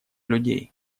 людей